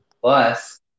Plus